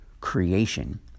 creation